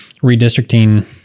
redistricting